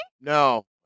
no